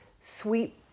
sweet